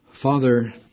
Father